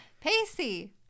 Pacey